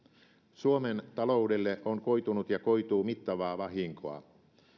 suomen taloudelle on koitunut ja koituu mittavaa vahinkoa